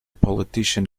politician